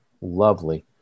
lovely